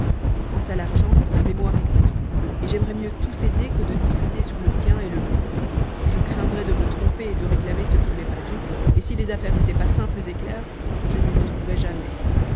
quant à l'argent ma mémoire est courte et j'aimerais mieux tout céder que de disputer sur le tien et le mien je craindrais de me tromper et de réclamer ce qui ne m'est pas dû et si les affaires n'étaient pas simples et claires je ne m'y retrouverais jamais